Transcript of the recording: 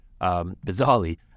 bizarrely